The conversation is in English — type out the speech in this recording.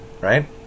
right